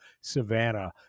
Savannah